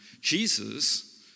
Jesus